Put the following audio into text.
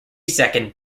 second